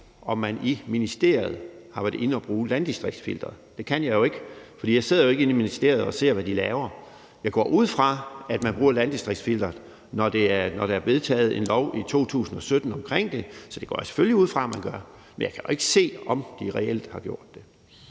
om man i ministeriet har været inde og bruge landdistriktsfilteret. Det kan jeg jo ikke, for jeg sidder ikke i ministeriet og ser, hvad de laver. Jeg går ud fra, at man bruger landdistriktsfilteret, når der i 2017 blev vedtaget en lov om det. Det går jeg selvfølgelig ud fra man gør. Men jeg kan jo ikke se, om de reelt har gjort det.